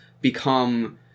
become